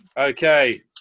Okay